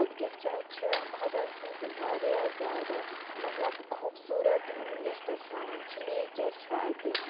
اَتہِ کیاہ چھُ اَتہِ چھِ خۄداے سٕنٛز واریاہ زیادٕ مَطلَب خوٗبصوٗرت یَتھ أسۍ وَنان چھِ نیچَر چھُ اَتہِ